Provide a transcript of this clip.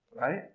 Right